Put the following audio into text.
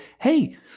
hey